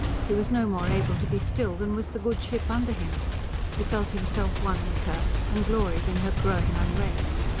he was no more able to be still than was the good ship under him he felt himself one with her, and gloried in her growing unrest.